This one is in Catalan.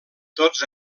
tots